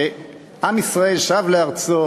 שעם ישראל שב לארצו